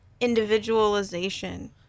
individualization